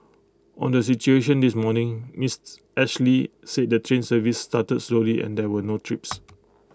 on the situation this morning miss Ashley said the train service started slowly and there were no trips